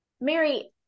Mary